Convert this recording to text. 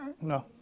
No